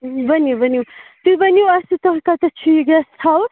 ؤنِو ؤنِو تُہۍ ؤنِو اَسہِ تۄہہِ کَتٮ۪تھ چھِ یہِ گٮ۪سٹ ہاوُس